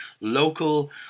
local